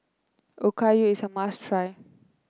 okayu is a must try